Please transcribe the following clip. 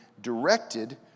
directed